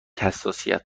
حساسیت